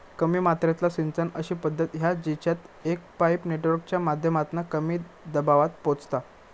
कमी मात्रेतला सिंचन अशी पद्धत हा जेच्यात एक पाईप नेटवर्कच्या माध्यमातना कमी दबावात पोचता